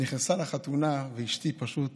היא נכנסה לחתונה, ואשתי פשוט